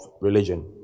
religion